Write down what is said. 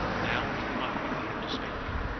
now was the moment for him to speak.